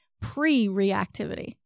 pre-reactivity